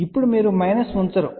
ఇప్పుడు మీరు మైనస్ ఉంచరు